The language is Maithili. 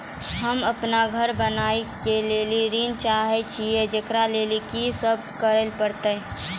होम अपन घर बनाबै के लेल ऋण चाहे छिये, जेकरा लेल कि सब करें परतै?